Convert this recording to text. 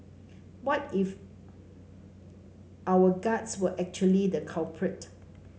what if our guts were actually the culprit